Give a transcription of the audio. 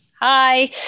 Hi